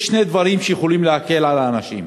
יש שני דברים שיכולים להקל על האנשים: